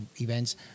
events